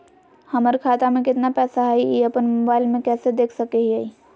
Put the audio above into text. हमर खाता में केतना पैसा हई, ई अपन मोबाईल में कैसे देख सके हियई?